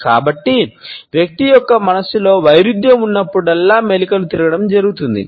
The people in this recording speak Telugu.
కాబట్టి వ్యక్తి యొక్క మనస్సులో వైరుధ్యం ఉన్నప్పుడల్లా మెలికలు తిరగడం జరుగుతుంది